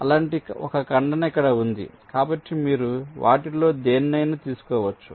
అలాంటి ఒక ఖండన ఇక్కడ ఉంది కాబట్టి మీరు వాటిలో దేనినైనా తీసుకోవచ్చు